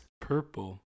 purple